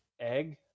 egg